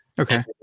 Okay